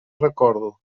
recordo